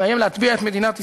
שמאיים להטביע את מדינת ישראל.